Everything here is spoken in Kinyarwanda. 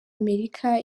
amerika